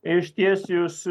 išties jūs